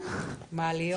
יש לנו שתי מעליות,